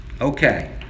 Okay